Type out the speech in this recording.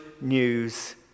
news